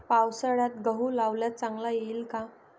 पावसाळ्यात गहू लावल्यास चांगला येईल का?